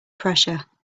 pressure